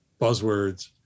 buzzwords